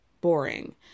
Boring